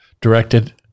directed